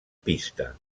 pista